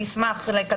אני אשמח.